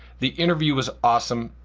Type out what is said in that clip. the interview was awesome.